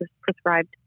prescribed